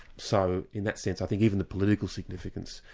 so in that sense i think even the political significance,